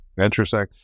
Interesting